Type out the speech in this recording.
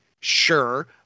sure